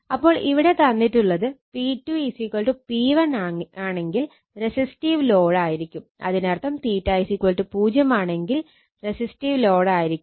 അപ്പോൾ ഇവിടെ തന്നിട്ടുള്ളത് P2 P1 ആണെങ്കിൽ റെസിസ്റ്റീവ് ലോഡ് ആയിരിക്കും അതിനർത്ഥം 0 ആണെങ്കിൽ റെസിസ്റ്റീവ് ലോഡ് ആയിരിക്കും